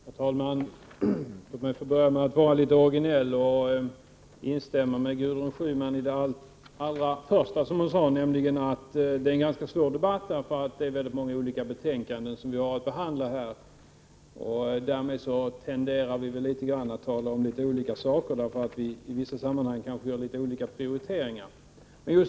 Herr talman! Låt mig få börja med att vara litet originell och instämma med Gudrun Schyman i det allra första som hon sade, nämligen att detta är en ganska svår debatt därför att vi har att behandla många olika betänkanden. Därmed tenderar vi väl att i någon mån tala om litet olika saker, eftersom vi i vissa sammanhang kanske gör litet olika prioriteringar.